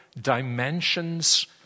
dimensions